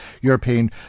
European